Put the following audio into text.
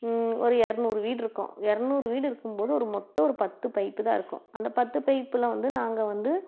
ஒரு இரநூறு வீடு இருக்கும் இரநூறு வீடு இருக்கும் போது ஒரு மொத்தம் ஒரு பத்து பைப்பு தான் இருக்கும் அந்த பத்து பைப்பில் வந்து நாங்கள் வந்து